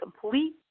complete